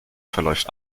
verläuft